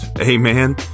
Amen